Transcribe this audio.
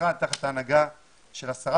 המשרד תחת ההנהגה של השרה,